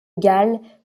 galles